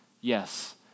Yes